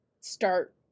start